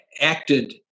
acted